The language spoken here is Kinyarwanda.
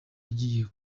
agiye